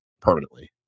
permanently